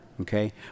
okay